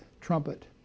trumpet